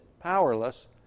powerless